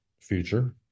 future